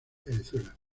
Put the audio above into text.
venezuela